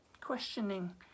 Questioning